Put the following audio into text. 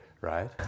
right